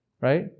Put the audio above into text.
Right